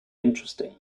interesting